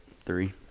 three